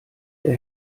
der